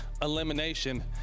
elimination